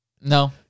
No